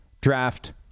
draft